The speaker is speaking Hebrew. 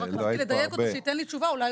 רק רציתי לדייק אותו שייתן לי תשובה.